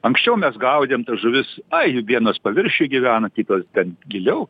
anksčiau mes gaudėm žuvis ai vienos paviršiuje gyvena kitos ten giliau